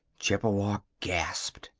chippewa gasped.